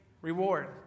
reward